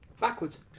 Backwards